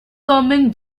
coming